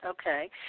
okay